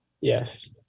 Yes